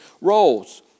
roles